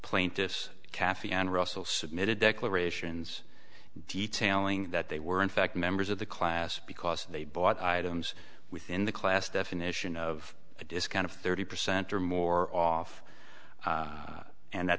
plaintiffs caffie and russell submitted declarations detailing that they were in fact members of the class because they bought items within the class definition of a discount of thirty percent or more off and that